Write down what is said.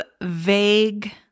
vague